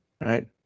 right